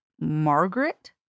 Margaret